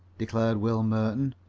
declared will merton.